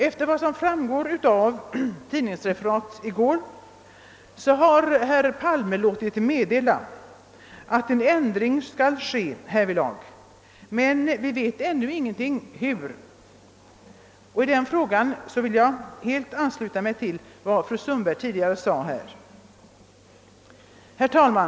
Enligt vad som framgått av tidningsreferat i går har herr Palme låtit meddela att en ändring härvidlag skall göras, men vi vet ännu inte hur. I denna fråga vill jag ansluta mig till vad fru Sundberg tidigare anfört. Herr talman!